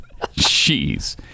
Jeez